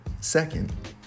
Second